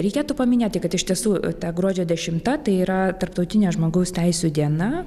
reikėtų paminėti kad iš tiesų ta gruodžio dešimta tai yra tarptautinė žmogaus teisių diena